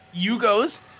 Yugos